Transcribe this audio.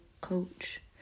coach